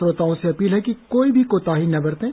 श्रोताओं से अपील है कि कोई भी कोताही न बरतें